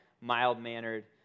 mild-mannered